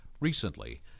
Recently